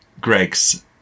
Greg's